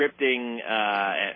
scripting